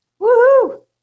Woohoo